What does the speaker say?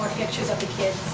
pictures of the kids.